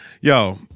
yo